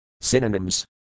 Synonyms